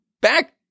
Back